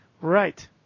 Right